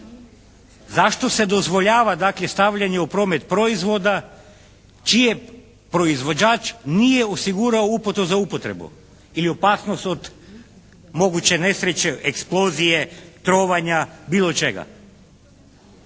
Zašto se dozvoljava dakle stavljanje u promet proizvoda čiji proizvođač nije osigurao uputu za upotrebu ili opasnost od moguće od nesreće, eksplozije, trovanja, bilo čega?